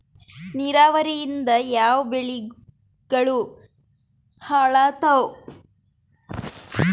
ನಿರಾವರಿಯಿಂದ ಯಾವ ಬೆಳೆಗಳು ಹಾಳಾತ್ತಾವ?